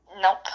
Nope